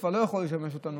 לשמש אותנו.